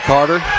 Carter